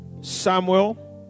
Samuel